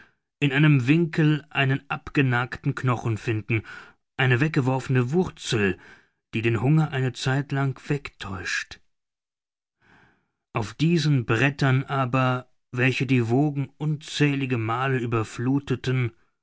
in einem winkel einen abgenagten knochen finden eine weggeworfene wurzel die den hunger eine zeit lang wegtäuscht auf diesen brettern aber welche die wogen unzählige male überflutheten